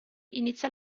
inizia